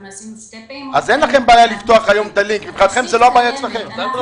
עשינו שתי פעימות כאלה --- התשתית קיימת.